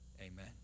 Amen